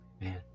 Man